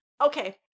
Okay